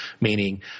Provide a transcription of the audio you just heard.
Meaning